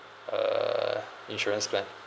err insurance plan